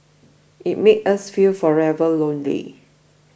it made us feel forever alone